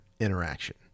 interaction